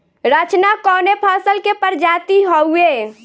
रचना कवने फसल के प्रजाति हयुए?